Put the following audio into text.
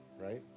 Right